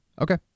okay